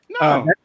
No